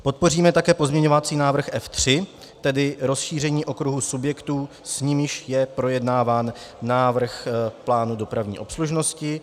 Podpoříme také pozměňovací návrh F3, tedy rozšíření okruhu subjektů, s nimiž je projednáván návrh plánu dopravní obslužnosti.